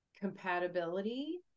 compatibility